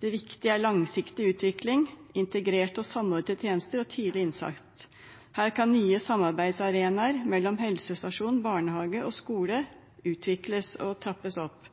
Det viktige er langsiktig utvikling, integrerte og samordnede tjenester og tidlig innsats. Her kan nye samarbeidsarenaer mellom helsestasjon, barnehage og skole utvikles og trappes opp.